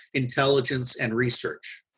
intelligence and research,